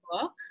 book